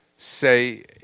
Say